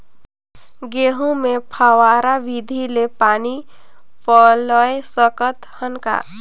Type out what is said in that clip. गहूं मे फव्वारा विधि ले पानी पलोय सकत हन का?